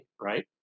Right